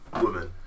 woman